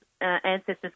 ancestors